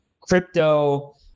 crypto